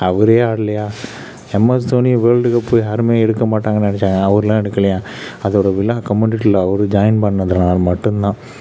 அவரே ஆடலயா MS Dhoni world cup யாருமே எடுக்க மாட்டாங்கன்னு நினச்சாங்க அவர்லாம் எடுக்கலையா அதோடய விழா கம்யூனிட்டியில அவர் ஜாயின் பண்ணதனால் மட்டுந்தான்